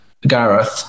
Gareth